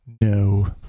No